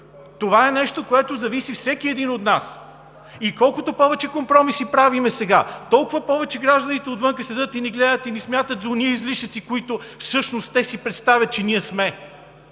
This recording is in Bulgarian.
Това е нещо, от което зависи всеки един от нас. И колкото повече компромиси правим сега, толкова повече гражданите отвън ще ни гледат и ще ни смятат за онези излишъци, които всъщност си представят, че ние сме.